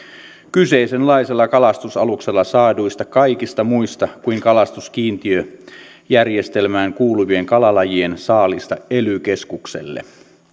kyseisenlaisella kalastusaluksella saaduista kaikista muista kuin kalastuskiintiöjärjestelmään kuuluvien kalalajien saaliista ely keskukselle